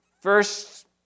first